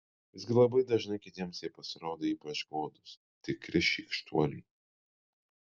visgi labai dažnai kitiems jie pasirodo ypač godūs tikri šykštuoliai